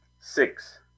six